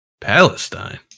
Palestine